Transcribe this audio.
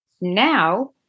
now